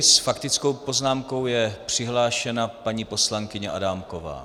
S faktickou poznámkou je přihlášena paní poslankyně Adámková.